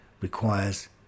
requires